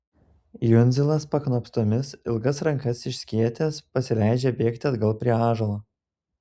jundzilas paknopstomis ilgas rankas išskėtęs pasileidžia bėgti atgal prie ąžuolo